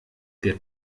der